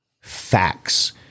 facts